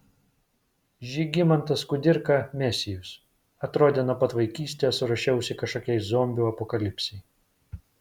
žygimantas kudirka mesijus atrodė nuo pat vaikystės ruošiausi kažkokiai zombių apokalipsei